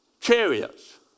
chariots